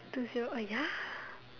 two zero oh ya